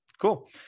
Cool